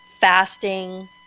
fasting